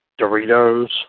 Doritos